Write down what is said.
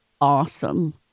awesome